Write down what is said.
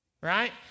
Right